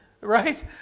right